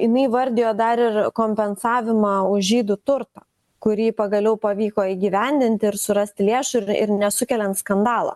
jinai įvardijo dar ir kompensavimą už žydų turtą kurį pagaliau pavyko įgyvendinti ir surasti lėšų ir ir nesukeliant skandalo